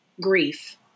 grief